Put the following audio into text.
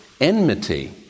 enmity